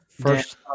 First